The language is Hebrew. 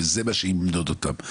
אם זה מה שימדוד אותם,